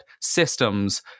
systems